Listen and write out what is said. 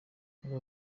aba